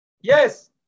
Yes